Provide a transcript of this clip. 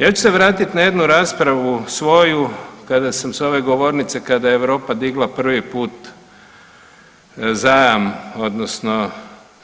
Ja ću se vratiti na jednu raspravu svoju kada sam sa ove govornice kada je Europa digla prvi put zajam odnosno